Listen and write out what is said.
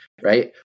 Right